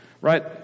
Right